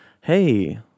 hey